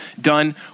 done